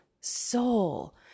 soul